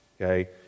Okay